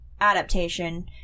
adaptation